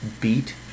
beat